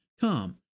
Come